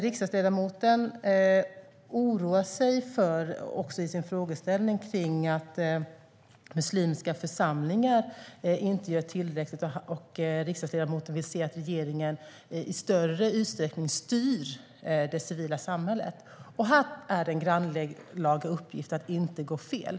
Riksdagsledamoten oroar sig för att muslimska församlingar inte gör tillräckligt, och han vill se att regeringen i större utsträckning styr det civila samhället. Här är det en grannlaga uppgift att inte gå fel.